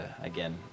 again